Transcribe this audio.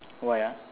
why ah